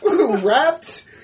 Wrapped